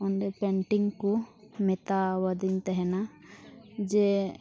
ᱚᱸᱰᱮ ᱠᱚ ᱢᱮᱛᱟᱣ ᱟᱹᱫᱤᱧ ᱛᱟᱦᱮᱱᱟ ᱡᱮ